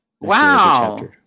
Wow